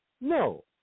No